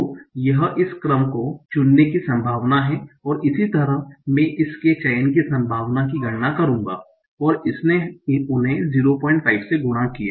तो यह इस क्रम को चुनने की संभावना है इसी तरह मैं इस के चयन की संभावना की गणना करूंगा और इसने उन्हें 05 से गुणा किया